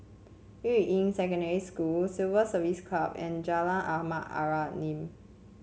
Yuying Secondary School Civil Service Club and Jalan Ahmad Ibrahim